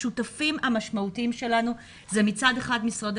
השותפים המשמעותיים שלנו זה מצד אחד משרדי